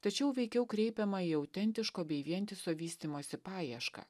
tačiau veikiau kreipiama į autentiško bei vientiso vystymosi paiešką